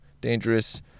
dangerous